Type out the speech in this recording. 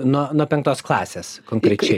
nuo nuo penktos klasės konkrečiai